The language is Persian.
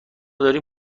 داریم